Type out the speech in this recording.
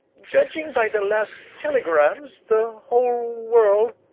judging by the last telegrams, the whole world